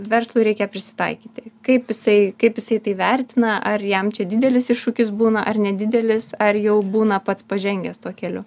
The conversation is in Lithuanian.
verslui reikia prisitaikyti kaip jisai kaip jisai tai vertina ar jam čia didelis iššūkis būna ar nedidelis ar jau būna pats pažengęs tuo keliu